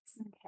Okay